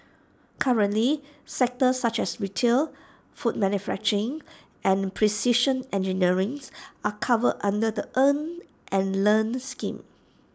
currently sectors such as retail food manufacturing and precision engineering's are covered under the earn and learn scheme